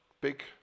big